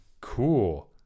cool